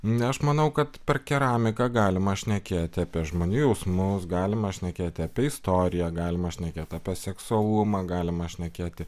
ne aš manau kad per keramiką galima šnekėti apie žmonių jausmus galima šnekėti apie istoriją galima šnekėt apie seksualumą galima šnekėti